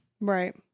Right